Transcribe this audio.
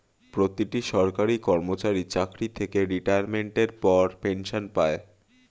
প্রতিটি সরকারি কর্মচারী চাকরি থেকে রিটায়ারমেন্টের পর পেনশন পায়